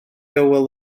hywel